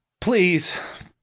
Please